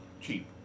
cheap